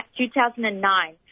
2009